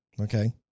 Okay